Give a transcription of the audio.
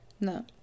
No